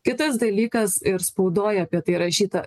kitas dalykas ir spaudoj apie tai rašyta